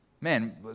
Man